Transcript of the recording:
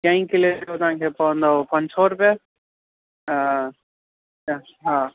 चईं किले जो तव्हांखे पवंदव पंज सौ रुपिया हा